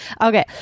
Okay